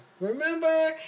Remember